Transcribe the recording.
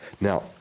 Now